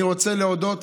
אני רוצה להודות